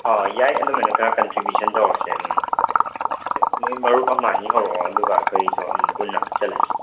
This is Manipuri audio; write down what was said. ꯑꯣ ꯌꯥꯏ ꯑꯗꯨꯃꯥꯏꯅ ꯈꯔ ꯀꯟꯇ꯭ꯔꯤꯕꯤꯌꯨꯁꯟ ꯇꯧꯔꯁꯦ ꯑꯗꯨꯃꯥꯏꯅ ꯅꯣꯏ ꯃꯔꯨꯞ ꯑꯃ ꯑꯅꯤ ꯍꯧꯔꯛꯑꯣ ꯑꯗꯨꯒ ꯑꯩꯈꯣꯏꯁꯨ ꯑꯗꯨꯝ ꯄꯨꯟꯅ ꯆꯠꯂꯁꯤ